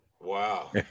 Wow